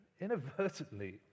inadvertently